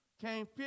came